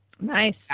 Nice